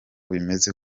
bimeze